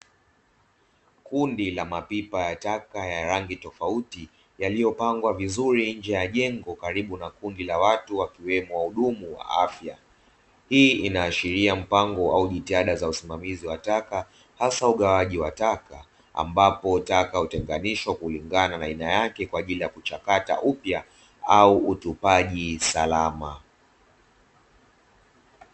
Kundi la mapipa ya taka ya rangi tofauti yaliyopangwa vizuri nje ya jengo karibu na kundi la watu wakiwemo wahudumu wa afya, hii inaashiria mpango au jitihada za usimamizi wa taka, hasa ugawaji wa taka ambapo taka utenganishwa kulingana na aina yake kwa ajili ya kuchakata upya au utupaji salama.